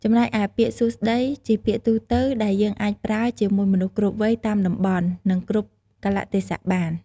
ចំណែកឯពាក្យ សួស្ដី ជាពាក្យទូទៅដែលយើងអាចប្រើជាមួយមនុស្សគ្រប់វ័យតាមតំបន់ និងគ្រប់កាលៈទេសៈបាន។